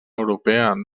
europea